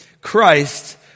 Christ